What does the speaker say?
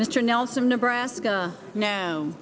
mr nelson nebraska no